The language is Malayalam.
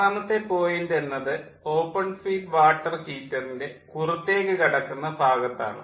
ആറാമത്തെ പോയിൻ്റ് എന്നത് ഓപ്പൺ ഫീഡ് വാട്ടർ ഹീറ്ററിൻ്റെ പുറത്തേക്കു കടക്കുന്ന ഭാഗത്താണ്